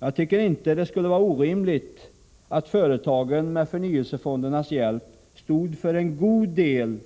Jag tycker inte att det skulle vara orimligt att företagen med förnyelsefondernas hjälp stod för en god del